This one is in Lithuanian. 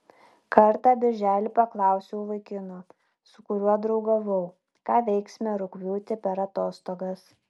kartą birželį paklausiau vaikino su kuriuo draugavau ką veiksime rugpjūtį per atostogas